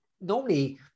normally